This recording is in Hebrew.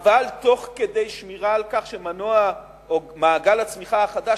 אבל תוך כדי שמירה על כך שמעגל הצמיחה החדש